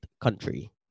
country